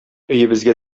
өебезгә